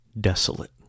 desolate